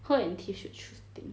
her and tiff should choose the thing